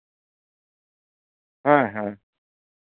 ᱦᱮᱸ ᱦᱮᱸ